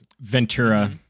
Ventura